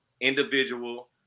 individual